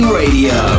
radio